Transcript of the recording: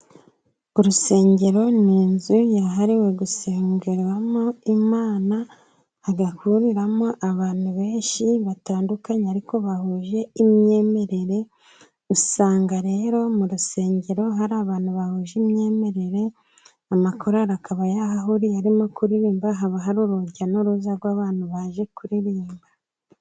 Urusengero ni inzu yahariwe gusengeramo Imana, hagahuriramo abantu benshi batandukanye ariko bahuje imyemerere. Usanga rero mu rusengero hari abantu bahuje imyemerere, amakorali akaba yahahuriye arimo kuririmba, haba hari urujya n'uruza rw'abantu baje kuririmba.